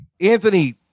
Anthony